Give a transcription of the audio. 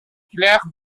claire